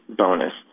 bonus